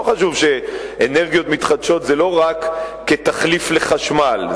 לא חשוב שאנרגיות מתחדשות זה לא רק תחליף לחשמל,